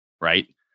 Right